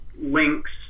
links